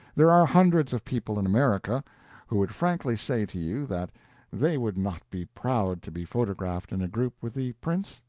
there are hundreds of people in america who would frankly say to you that they would not be proud to be photographed in a group with the prince,